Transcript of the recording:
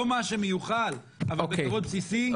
לא מה שמיוחל אבל בכבוד בסיסי,